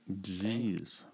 Jeez